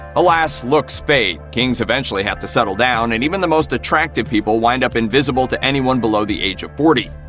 alas, looks fade, kings eventually have to settle down, and even the most attractive people wind up invisible to anyone below the age of forty.